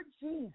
Jesus